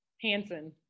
Hanson